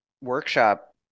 workshop